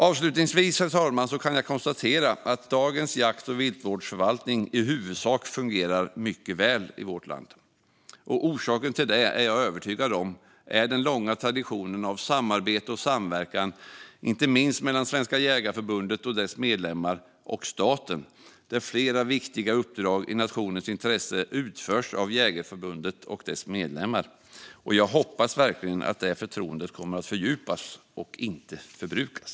Avslutningsvis, herr talman, kan jag konstatera att dagens jakt och viltvårdsförvaltning i vårt land i huvudsak fungerar mycket väl. Orsaken till det är jag övertygad om är den långa traditionen av samarbete och samverkan mellan Svenska jägareförbundet och dess medlemmar och staten, där flera viktiga uppdrag i nationens intresse utförs av Jägareförbundet och dess medlemmar. Jag hoppas verkligen att det förtroendet kommer att fördjupas och inte förbrukas.